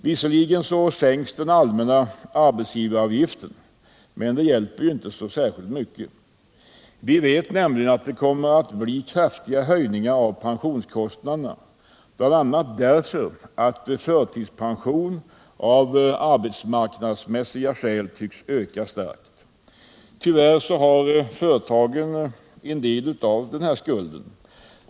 Visserligen sänks den allmänna arbetsgivaravgiften, men det hjälper inte särskilt mycket. Vi vet nämligen att det kommer att bli kraftiga höjningar av pensionskostnaderna, bl.a. därför att förtidspension av arbetsmarknadsmässiga skäl tycks öka starkt. Tyvärr har företagen en del av skulden till detta.